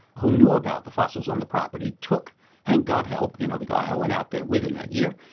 who knew about the fossils on the property took henk godthelp, you know, the guy i went out there with in that year,